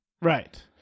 Right